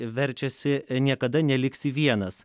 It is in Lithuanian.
verčiasi niekada neliksi vienas